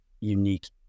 unique